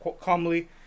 calmly